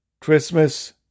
Christmas